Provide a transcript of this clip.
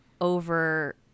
over